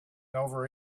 over